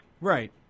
Right